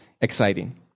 exciting